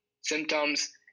symptoms